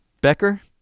Becker